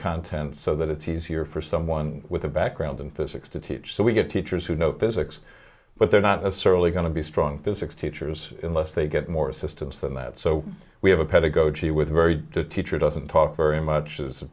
content so that it's easier for someone with a background in physics to teach so we get teachers who know physics but they're not as certainly going to be strong physics teachers unless they get more assistance than that so we have a pedagogy with very teacher doesn't talk very much is